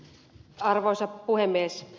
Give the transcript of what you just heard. arvoisa puhemies